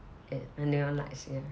neon lights ya